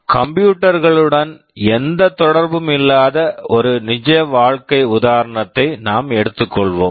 computer computer களுடன் எந்த தொடர்பும் இல்லாத ஒரு நிஜ வாழ்க்கை உதாரணத்தை நாம் எடுத்துக்கொள்வோம்